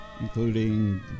including